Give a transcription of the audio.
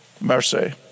mercy